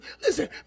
Listen